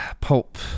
pulp